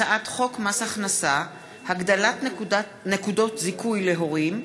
הצעת חוק מס הכנסה (הגדלת נקודות זיכוי להורים,